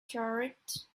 charred